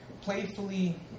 playfully